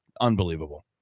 Unbelievable